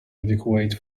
adequate